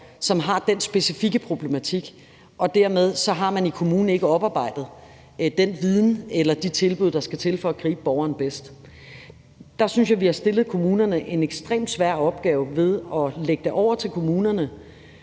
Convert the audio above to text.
som har den specifikke problematik, og dermed har man i kommunen ikke oparbejdet den viden eller de tilbud, der skal til for at gribe borgeren bedst. Der synes jeg, vi har stillet kommunerne over for en ekstremt svær opgave ved at lægge det over til dem,